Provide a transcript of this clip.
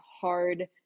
hard